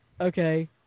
Okay